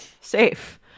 safe